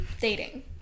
Dating